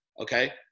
Okay